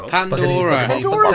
Pandora